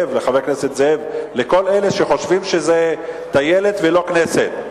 זאב, לכל אלה שחושבים שזאת טיילת ולא כנסת.